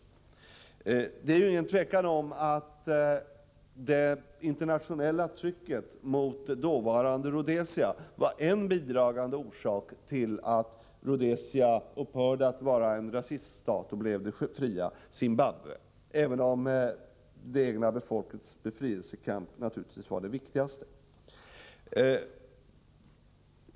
Det råder ju inget tvivel om att det internationella trycket mot det dåvarande Rhodesia var en bidragande orsak till att Rhodesia upphörde att vara en rasiststat och blev det fria Zimbabwe, även om det egna folkets befrielsekamp naturligtvis var det viktigaste.